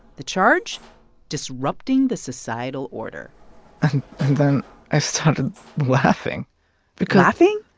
the charge disrupting the societal order and then i started laughing because. laughing?